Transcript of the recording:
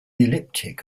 elliptic